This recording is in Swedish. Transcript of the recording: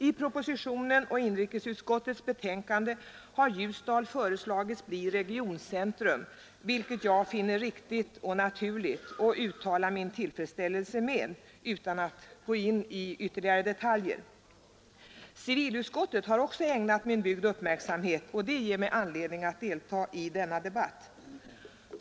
I propositionen och inrikesutskottets betänkande har Ljusdal föreslagits bli regioncentrum, vilket jag finner riktigt och naturligt och uttalar min tillfredsställelse med utan att gå in på detaljer. Civilutskottet har också ägnat min bygd uppmärksamhet, och det ger mig anledning att deltaga i denna debatt.